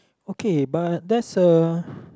okay but that's a